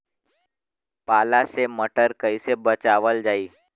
पाला से मटर कईसे बचावल जाई?